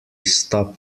stub